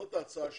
זאת ההצעה שלי.